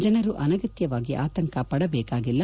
ಜನರು ಅನಗತ್ಯವಾಗಿ ಆತಂಕಪಡಬೇಕಾಗಿಲ್ಲ